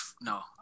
no